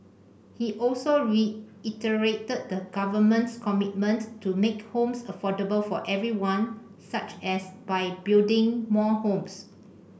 he also reiterated the Government's commitment to making homes affordable for everyone such as by building more homes